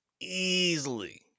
easily